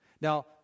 Now